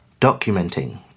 documenting